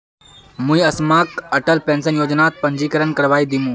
मुई अम्माक अटल पेंशन योजनात पंजीकरण करवइ दिमु